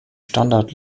standard